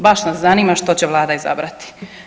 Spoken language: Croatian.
Baš nas zanima što će vlada izabrati.